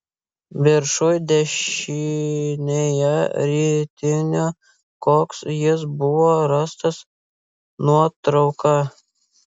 viršuj dešinėje ritinio koks jis buvo rastas nuotrauka